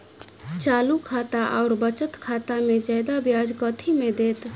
चालू खाता आओर बचत खातामे जियादा ब्याज कथी मे दैत?